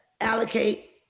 allocate